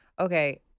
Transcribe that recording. Okay